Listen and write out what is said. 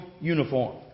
uniform